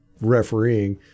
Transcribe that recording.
refereeing